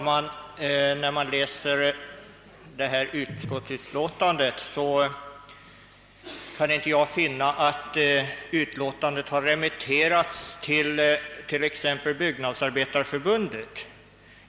Herr talman! Av föreliggande utskottsutlåtande framgår att frågan inte remitterats till Svenska byggnadsarbetareförbundet.